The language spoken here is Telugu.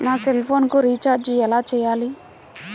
నా సెల్ఫోన్కు రీచార్జ్ ఎలా చేయాలి?